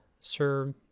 Sir